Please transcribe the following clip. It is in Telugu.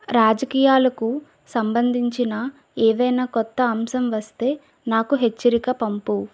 రాజకీయాలకు సంబంధించిన ఏదైనా కొత్త అంశం వస్తే నాకు హెచ్చరిక పంపు